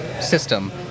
system